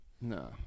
No